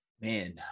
Man